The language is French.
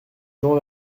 jean